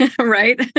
Right